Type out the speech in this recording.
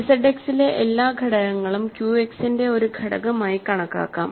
ZX ലെ എല്ലാ ഘടകങ്ങളും Q X ന്റെ ഒരു ഘടകമായി കണക്കാക്കാം